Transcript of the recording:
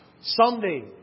someday